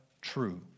true